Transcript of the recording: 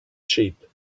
sheep